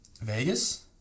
Vegas